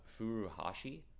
Furuhashi